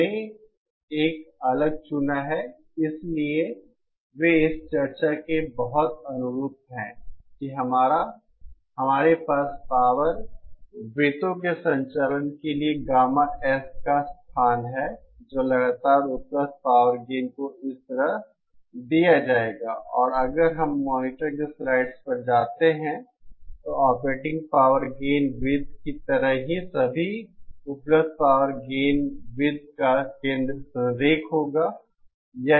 हमने एक अलग चुना इसलिए वे इस चर्चा के बहुत अनुरूप हैं कि हमारे पास पॉवर वृत्तो के संचालन के लिए गामा S का स्थान है जो लगातार उपलब्ध पावर गेन को इस तरह दिया जाएगा और अगर हम मॉनिटर के स्लाइड्स पर जाते हैं ऑपरेटिंग पावर गेन वृत्त की तरह ही सभी उपलब्ध पावर गेन वृत्त का केंद्र संरेख होगा